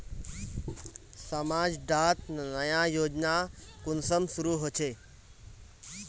समाज डात नया योजना कुंसम शुरू होछै?